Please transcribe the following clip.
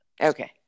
Okay